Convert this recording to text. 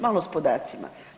Malo s podacima.